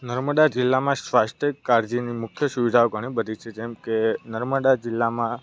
નર્મદા જિલ્લામાં સ્વાસ્થ્ય કાળજીની મુખ્ય સુવિધાઓ ઘણીબધી છે જેમકે નર્મદા જિલ્લામાં